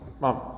Mom